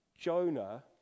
Jonah